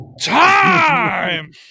time